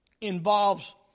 involves